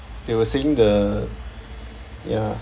they were saying the ya